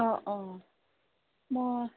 অঁ অঁ মই